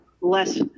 less